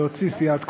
להוציא סיעת כולנו,